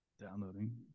Downloading